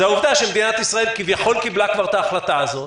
זו העובדה שמדינת ישראל כביכול קיבלה כבר את ההחלטה הזאת,